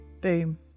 boom